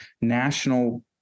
national